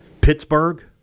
Pittsburgh